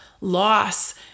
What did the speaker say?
loss